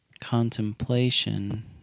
contemplation